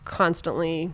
constantly